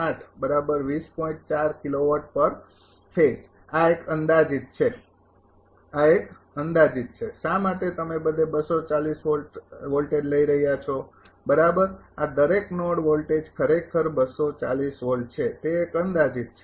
આ એક અંદાજિત છે આ એક અંદાજિત છે શા માટે તમે બધે વોલ્ટેજ લઈ રહ્યાં છો બરાબર આ દરેક નોડ વોલ્ટેજ ખરેખર વોલ્ટ છે તે એક અંદાજિત છે